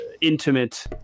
intimate